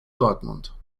dortmund